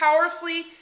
powerfully